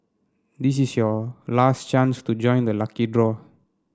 this is your last chance to join the lucky draw